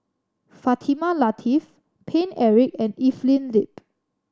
Fatimah Lateef Paine Eric and Evelyn Lip